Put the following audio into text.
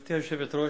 גברתי היושבת-ראש,